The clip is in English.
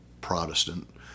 Protestant